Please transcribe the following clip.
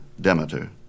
Demeter